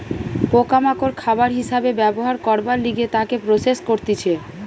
পোকা মাকড় খাবার হিসাবে ব্যবহার করবার লিগে তাকে প্রসেস করতিছে